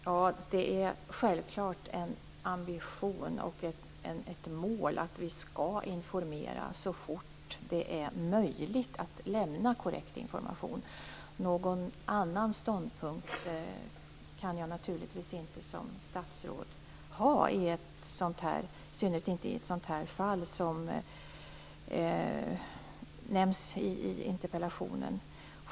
Herr talman! Det är självklart en ambition och ett mål att vi skall informera så fort det är möjligt att lämna korrekt information. Någon annan ståndpunkt kan jag som statsråd naturligtvis inte ha, i synnerhet inte i ett sådant fall som nämns i interpellationen.